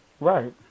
right